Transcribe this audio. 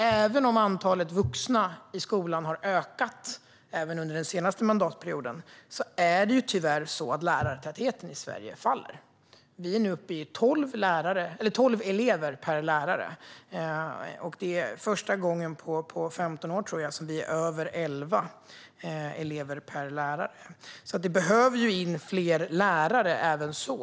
Även om antalet vuxna i skolan har ökat, även under den senaste mandatperioden, är det tyvärr så att lärartätheten i Sverige minskar. Vi är nu uppe i tolv elever per lärare. Jag tror att det är första gången på 15 år som vi är över elva elever per lärare. Det behöver alltså komma in fler lärare.